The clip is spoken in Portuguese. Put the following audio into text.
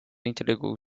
entregou